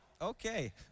Okay